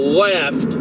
left